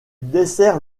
dessert